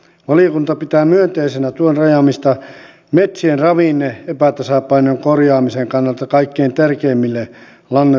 valiokunta pitää myönteisenä tuen rajaamista metsien ravinne epätasapainojen korjaamisen kannalta kaikkein tärkeimmille lannoituskohteille